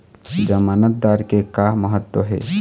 जमानतदार के का महत्व हे?